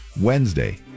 Wednesday